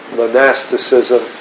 monasticism